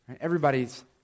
Everybody's